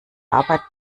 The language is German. arbeit